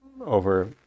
over